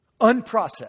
unprocessed